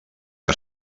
que